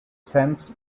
scents